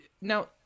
now